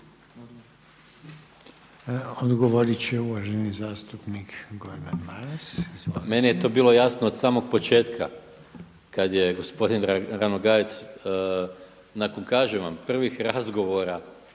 Odgovorit će uvaženi zastupnik Gordan Maras. Izvolite.